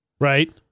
Right